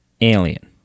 Alien